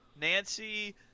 nancy